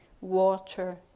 water